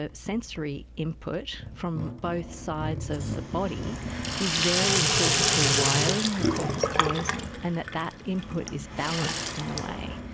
ah sensory input from both sides of the body is very important for wiring the corpus callosum, and that that input is balanced, in a way.